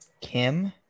Kim